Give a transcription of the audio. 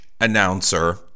announcer